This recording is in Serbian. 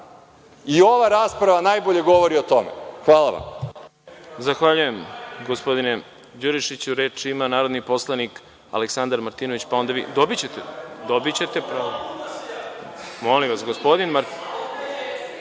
I ova rasprava najbolje govori o tome. Hvala vam.